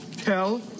Tell